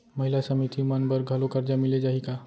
महिला समिति मन बर घलो करजा मिले जाही का?